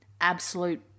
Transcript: absolute